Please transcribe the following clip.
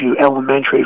elementary